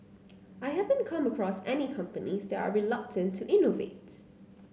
I haven't come across any companies that are reluctant to innovate